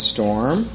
Storm